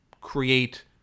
create